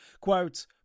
Quote